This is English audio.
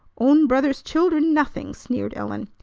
own brother's children, nothing! sneered ellen.